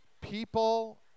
People